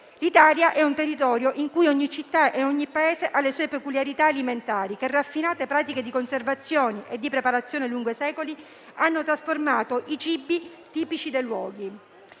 L'Italia è un territorio in cui ogni città e ogni paese ha le sue peculiarità alimentari, che raffinate pratiche di conservazione e di preparazione lungo i secoli hanno trasformato in cibi tipici del luogo.